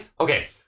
okay